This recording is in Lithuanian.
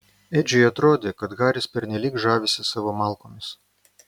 edžiui atrodė kad haris pernelyg žavisi savo malkomis